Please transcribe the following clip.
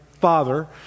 father